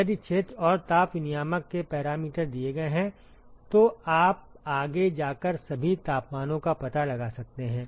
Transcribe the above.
यदि क्षेत्र और ताप विनिमायक के पैरामीटर दिए गए हैं तो आप आगे जाकर सभी तापमानों का पता लगा सकते हैं